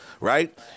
right